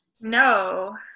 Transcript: no